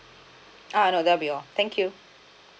ah no there will be all thank you